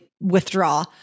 withdraw